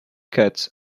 cuts